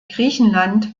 griechenland